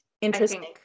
Interesting